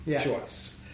choice